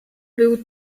był